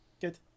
good